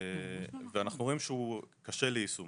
אנחנו רואים שהוא קשה ליישום